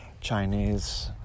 Chinese